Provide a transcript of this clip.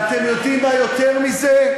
ואתם יודעים מה יותר מזה?